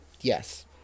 yes